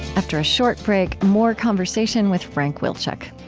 after a short break, more conversation with frank wilczek.